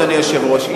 אדוני היושב-ראש,